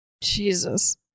Jesus